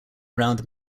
around